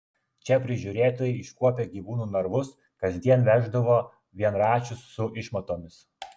čia prižiūrėtojai iškuopę gyvūnų narvus kasdien veždavo vienračius su išmatomis